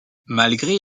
malgré